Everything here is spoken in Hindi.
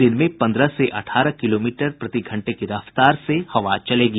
दिन में पन्द्रह से अठारह किलोमीटर प्रति घंटे की रफ्तार से हवा चलेगी